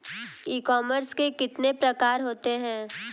ई commerce के कितने प्रकार होते हैं?